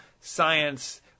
science